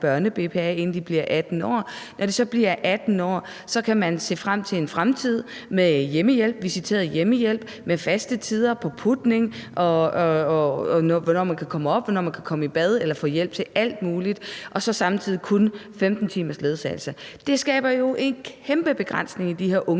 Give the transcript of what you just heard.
børne-BPA, inden de bliver 18 år. Når de så bliver 18 år, kan de se frem til en fremtid med visiteret hjemmehjælp med faste tider for putning og for, hvornår man kan komme op, og hvornår man kan komme i bad eller få hjælp til alt muligt, og så samtidig kun 15 timers ledsagelse. Det skaber en kæmpe begrænsning i de her unge